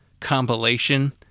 compilation